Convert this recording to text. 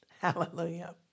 Hallelujah